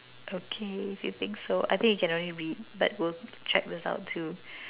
okay you think so I think you can only read but will check this out too